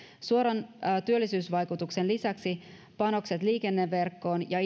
suoran työllisyysvaikutuksen lisäksi panokset liikenneverkkoon ja